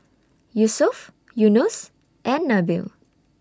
Yusuf Yunos and Nabil